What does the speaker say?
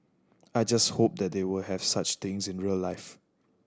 I just hope that they will have such things in real life